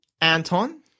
Anton